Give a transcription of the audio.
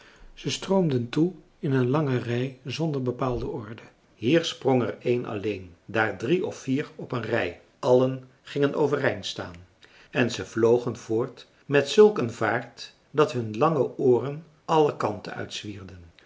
ze stroomden toe in een lange rij zonder bepaalde orde hier sprong er een alleen daar drie of vier op een rij allen gingen overeind staan en ze vlogen voort met zulk een vaart dat hun lange ooren alle kanten uit zwierden